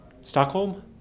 Stockholm